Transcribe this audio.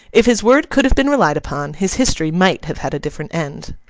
if his word could have been relied upon, his history might have had a different end.